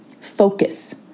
focus